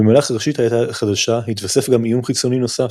במהלך ראשית העת החדשה התווסף גם איום חיצוני נוסף,